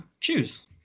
choose